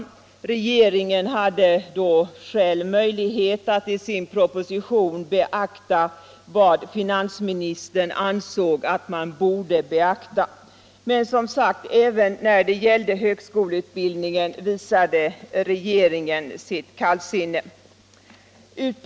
Regeringen hade då själv möjlighet att i sin proposition beakta vad finansministern ansåg att man borde beakta. Men som sagt, även när det gällde högskoleutbildningen visade regeringen sitt kallsinne mot länet.